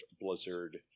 Blizzard